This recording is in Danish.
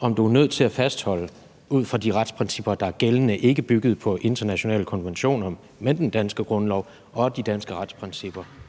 om man var nødt til ud for de retsprincipper, der er gældende – ikke byggende på internationale konventioner, men på den danske grundlov og de danske retsprincipper